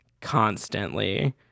constantly